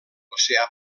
l’oceà